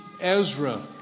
Ezra